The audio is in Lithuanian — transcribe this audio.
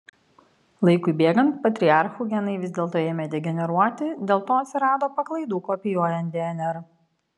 laikui bėgant patriarchų genai vis dėlto ėmė degeneruoti dėl to atsirado paklaidų kopijuojant dnr